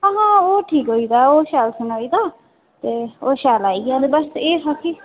आहां ओह् ठीक होई गेदा ओह् शैल सेओई दा ते ओह् शैल आई गेआ ते बस एह् हा कि